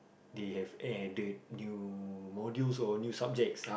they have added new modules or new subjects